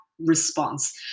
response